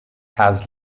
has